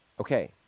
Okay